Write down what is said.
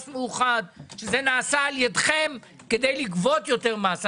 מאוחד שנעשה על ידכם כדי לגבות יותר מס.